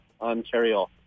Ontario